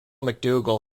macdougall